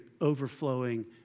overflowing